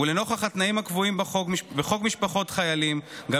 ולנוכח התנאים הקבועים בחוק משפחות חיילים גם